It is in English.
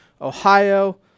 Ohio